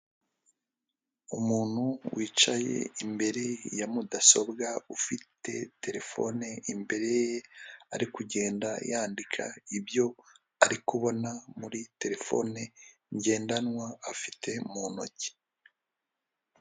Umuntu wicaye imbere ya mudasobwa, ufite terefone imbere ye, ari kugenda yandika ibyo ari kubona muri terefone ngendanwa afite mu ntoki.